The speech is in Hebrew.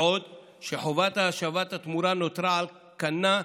בעוד חובת השבת התמורה נותרה על כנה,